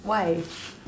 why